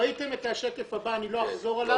ראיתם את השקף הבא, אני לא אחזור עליו.